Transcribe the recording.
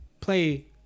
play